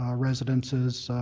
ah residences,